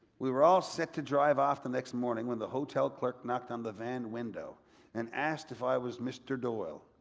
we were all set to drive off the next morning when the hotel clerk knocked on the van window and asked if i was mr. doyle.